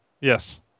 Yes